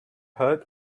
heard